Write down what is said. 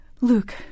Luke